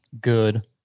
Good